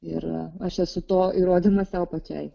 ir aš esu to įrodymas sau pačiai